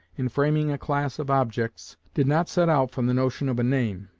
in framing a class of objects, did not set out from the notion of a name,